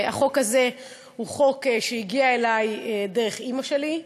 החוק הזה הוא חוק שהגיע אלי דרך אימא שלי,